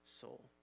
soul